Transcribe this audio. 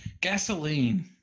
Gasoline